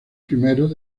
primeros